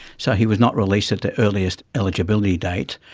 so he was not released at the earliest eligibility date.